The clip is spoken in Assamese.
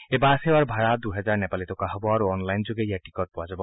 এই বাছ সেৱাৰ ভাৰা দুহেজাৰ নেপালী টকা হ'ব আৰু অনলাইনযোগে ইয়াৰ টিকট পোৱা যাব